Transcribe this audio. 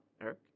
Eric